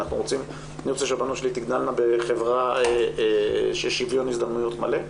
אני רוצה שהבנות שלי תגדלנה בחברה שיש שוויון הזדמנויות מלא,